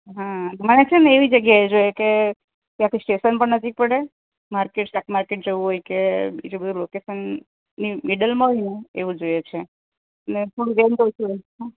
હાં મારે છે ને એવી જગ્યાએ જોઈએ કે ત્યાંથી સ્ટેશન પણ નજીક પડે માર્કેટ શાક માર્કેટ જવું હોય કે બીજું બધુ લોકેશનની મિડલમાં હોય ને એવું જોઈએ છે ને થોડું રેન્ટ ઓછું હોય હં